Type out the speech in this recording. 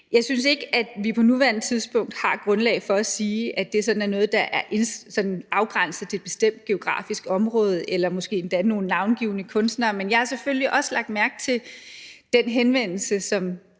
Jeg synes ikke, at vi på nuværende tidspunkt har grundlag for at sige, at det sådan er noget, der er afgrænset til et bestemt geografisk område eller måske endda nogle navngivne kunstnere, men jeg har selvfølgelig også lagt mærke til den henvendelse,